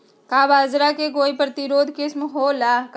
का बाजरा के कोई प्रतिरोधी किस्म हो ला का?